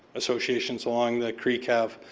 associations along the creek have.